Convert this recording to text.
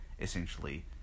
essentially